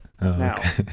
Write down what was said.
now